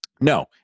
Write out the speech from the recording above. no